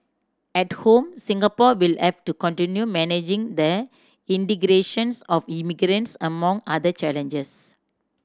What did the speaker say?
at home Singapore will have to continue managing the integrations of immigrants among other challenges